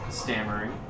stammering